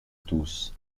tous